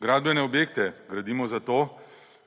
(nadaljevanje)